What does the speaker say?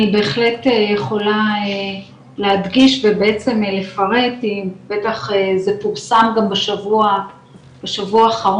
אני בהחלט יכולה להדגיש ובעצם לפרט אם בטח זה פורס בשבוע האחרון,